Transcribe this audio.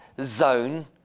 zone